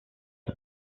and